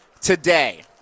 today